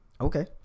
okay